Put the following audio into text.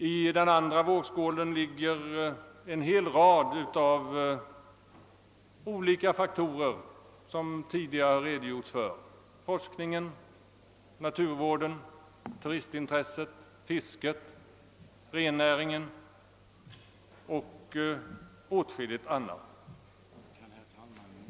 I den andra ligger en hel rad av olika faktorer som tidigare redogjorts för — forskningen, naturvården, turistintresset, fisket, rennäringen och åtskilligt annat.